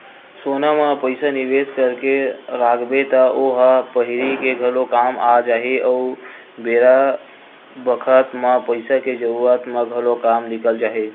सोना म पइसा निवेस करके राखबे त ओ ह पहिरे के घलो काम आ जाही अउ बेरा बखत म पइसा के जरूरत म घलो काम निकल जाही